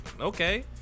Okay